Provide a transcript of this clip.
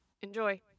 Enjoy